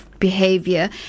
Behavior